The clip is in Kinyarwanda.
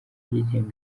ryigenga